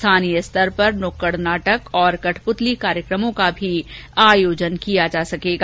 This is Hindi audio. स्थानीय स्तर पर नुक्कड़ नाटक और कठप्रतली कार्यकमों का भी आयोजन किया जा सकेगा